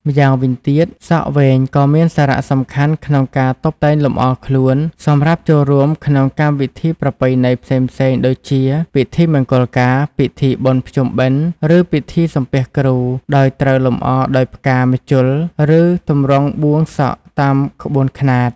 ម្យ៉ាងវិញទៀត សក់វែងក៏មានសារៈសំខាន់ក្នុងការ តុបតែងលម្អខ្លួន សម្រាប់ចូលរួមក្នុងពិធីបុណ្យប្រពៃណីផ្សេងៗ ដូចជា ពិធីមង្គលការ ពិធីបុណ្យភ្ជុំបិណ្ឌ ឬពិធីសំពះគ្រូ ដោយត្រូវលម្អដោយផ្កា ម្ជុល ឬទម្រង់បួងសក់តាមក្បួនខ្នាត។